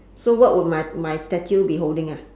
so what would my my statue be holding ah